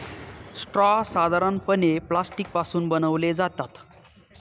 straw साधारणपणे plastic पासून बनवले जातात